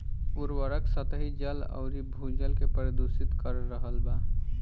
उर्वरक सतही जल अउरी भू जल के प्रदूषित कर रहल बा